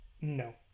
No